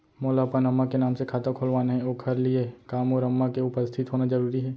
मोला अपन अम्मा के नाम से खाता खोलवाना हे ओखर लिए का मोर अम्मा के उपस्थित होना जरूरी हे?